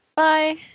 Bye